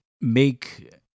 make